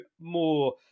more